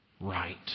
right